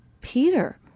Peter